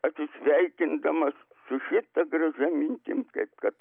atsisveikindamas su šita gražia mintim kaip kad